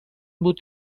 بود